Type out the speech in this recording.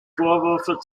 vorwürfe